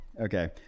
Okay